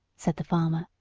said the farmer.